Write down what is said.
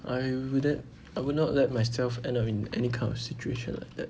I would~ I would not let myself end up in any kind of situation like that